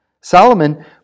Solomon